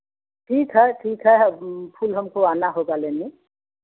ठीक है ठीक है फूल हमको आना होगा लेने